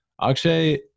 Akshay